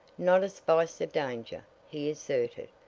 not a spice of danger! he asserted.